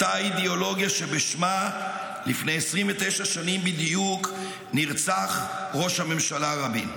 אותה אידיאולוגיה שבשמה לפני 29 שנים בדיוק נרצח ראש הממשלה רבין.